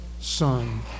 son